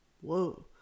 Whoa